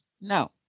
no